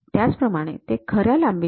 नेहमीप्रमाणे ते खऱ्या लांबीच्या ०